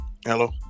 hello